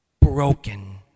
broken